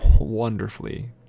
wonderfully